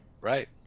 Right